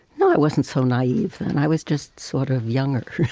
no, it wasn't so naive. and i was just sort of young.